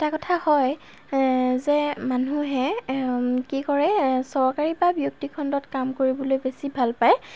এটা কথা হয় যে মানুহে কি কৰে চৰকাৰী বা ব্যক্তিগত খণ্ডত কাম কৰিবলৈ বেছি ভাল পায়